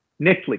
Netflix